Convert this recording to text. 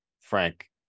Frank